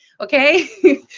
Okay